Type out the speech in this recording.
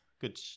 Good